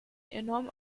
enorm